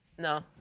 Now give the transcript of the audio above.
No